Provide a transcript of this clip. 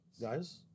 Guys